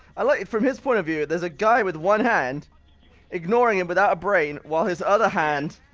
i like from his point of view, there's a guy with one hand ignoring him without a brain, while his other hand